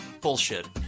Bullshit